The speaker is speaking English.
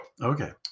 Okay